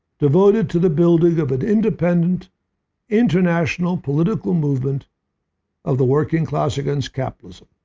devoted to the building of an independent international political movement of the working class against capitalism.